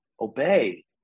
obey